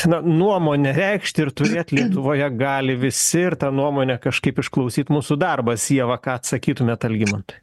na nuomonę reikšti ir turėt lietuvoje gali visi ir tą nuomonę kažkaip išklausyt mūsų darbas ieva ką atsakytumėt algimantui